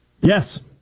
Yes